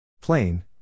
Plain